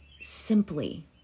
simply